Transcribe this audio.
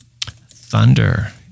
Thunder